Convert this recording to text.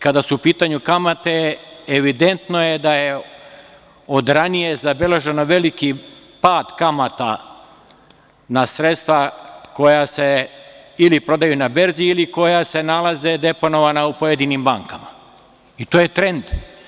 Kada su u pitanju kamate, evidentno je da je od ranije zabeležen pad kamata na sredstva koja se ili prodaju na berzi ili koja se nalaze deponovana u pojedinim bankama i to je trend.